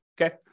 okay